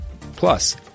Plus